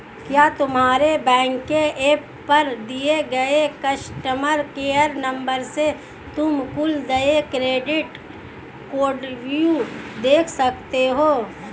क्या तुम्हारे बैंक के एप पर दिए गए कस्टमर केयर नंबर से तुम कुल देय क्रेडिट कार्डव्यू देख सकते हो?